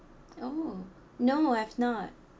oh no I've not